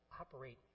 operate